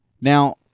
Now